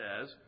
says